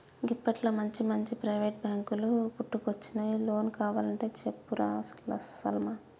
గిప్పట్ల మంచిమంచి ప్రైవేటు బాంకులు పుట్టుకొచ్చినయ్, లోన్ కావలంటే చెప్పురా లస్మా